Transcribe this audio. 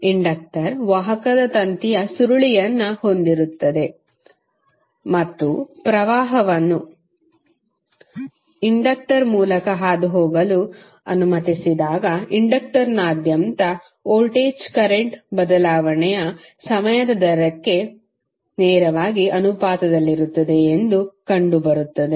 inductor ವಾಹಕದ ತಂತಿಯ ಸುರುಳಿಯನ್ನು ಹೊಂದಿರುತ್ತದೆ ಮತ್ತು ಕರೆಂಟ್ ಅನ್ನು ಇಂಡಕ್ಟರ್ ಮೂಲಕ ಹಾದುಹೋಗಲು ಅನುಮತಿಸಿದಾಗ ಇಂಡಕ್ಟರ್ನಾದ್ಯಂತದ ವೋಲ್ಟೇಜ್ ಕರೆಂಟ್ ಬದಲಾವಣೆಯ ಸಮಯ ದರಕ್ಕೆ ನೇರವಾಗಿ ಅನುಪಾತದಲ್ಲಿರುತ್ತದೆ ಎಂದು ಕಂಡುಬರುತ್ತದೆ